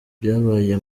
byabaye